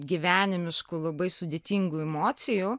gyvenimiškų labai sudėtingų emocijų